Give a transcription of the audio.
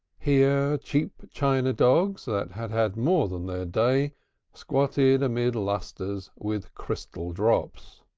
here cheap china dogs, that had had more than their day squatted amid lustres with crystal drops.